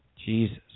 Jesus